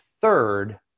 third